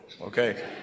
Okay